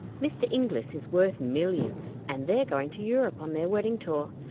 mr. inglis is worth millions, and they're going to europe on their wedding tour.